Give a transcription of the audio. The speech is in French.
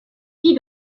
vit